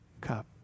cup